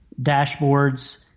dashboards